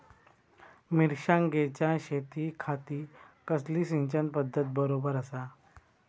मिर्षागेंच्या शेतीखाती कसली सिंचन पध्दत बरोबर आसा?